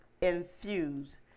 infuse